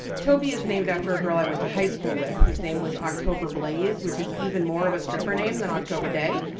toby is named after a girl i went to high school with whose name was october blaze which is even more of a stripper name than october day.